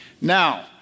Now